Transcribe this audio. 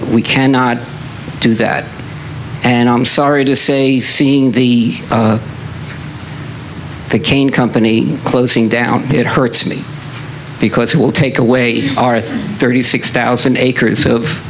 we cannot do that and i'm sorry to say seeing the cain company closing down it hurts me because it will take away our thirty six thousand acres of